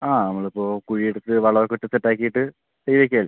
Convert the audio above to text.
ആ നമ്മൾ ഇപ്പോൾ കുഴി എടുത്ത് വളം ഒക്കെ ഇട്ട് സെറ്റ് ആക്കിയിട്ട് തൈ വെക്കല്ലേ